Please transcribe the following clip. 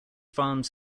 farms